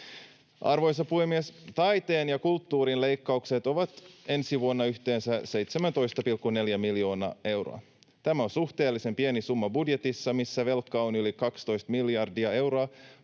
Arvoisa puhemies! Taiteen ja kulttuurin leikkaukset ovat ensi vuonna yhteensä 17,4 miljoonaa euroa. Tämä on suhteellisen pieni summa budjetissa, missä velkaa on yli 12 miljardia euroa,